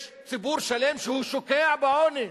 יש ציבור שלם ששוקע בעוני.